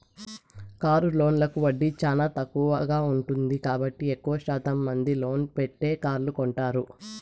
car లోన్లకు వడ్డీ చానా తక్కువగా ఉంటుంది కాబట్టి ఎక్కువ శాతం మంది లోన్ పెట్టే కార్లు కొంటారు